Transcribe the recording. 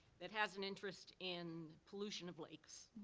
that has an interest in pollution of lakes,